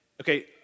Okay